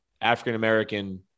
african-american